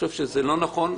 זה לא נכון.